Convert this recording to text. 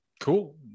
cool